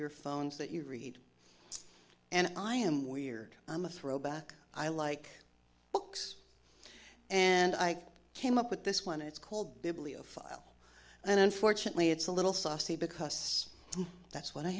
your phones that you read and i am weird i'm a throwback i like books and i came up with this one it's called bibliophile and unfortunately it's a little saucy because that's what i